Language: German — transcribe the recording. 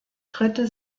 dritte